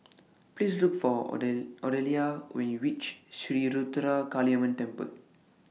Please Look For Oden Odelia when YOU REACH Sri Ruthra Kaliamman Temple